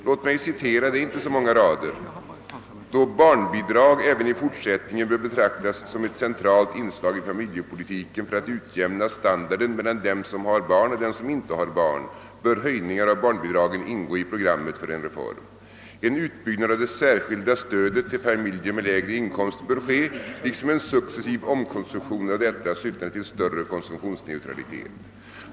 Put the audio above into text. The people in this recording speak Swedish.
Låt mig citera, det är inte så många rader: »Då barnbidrag även i fortsättningen bör betraktas som ett centralt inslag i familjepolitiken för att utjämna standarden mellan dem som har barn och dem som inte har barn, bör höjningar av barnbidragen ingå i programmet för en reform. En utbyggnad av det särskilda stödet till familjer med lägre inkomster bör ske liksom en successiv omkonstruktion av detta syftande till en större konsumtionsneutralitet.